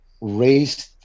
raised